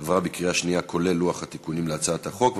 עברה בקריאה שנייה, כולל לוח התיקונים להצעת החוק.